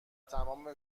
تمام